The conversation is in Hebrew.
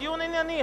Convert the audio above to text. דיון ענייני,